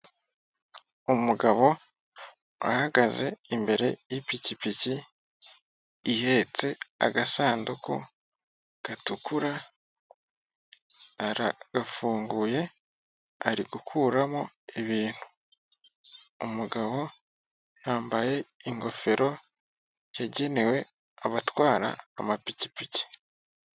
Umugabo uhagaze imbere y'ipikipiki ihetse agasanduku gatukura, aragafunguye ari gukuramo ibintu. Umugabo yambaye ingofero yagenewe abatwara amapikipiki.